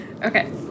Okay